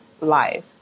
life